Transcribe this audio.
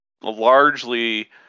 largely